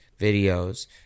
videos